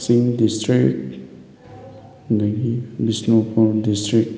ꯀꯛꯆꯤꯡ district ꯑꯗꯒꯤ Bishnupur district